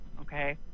okay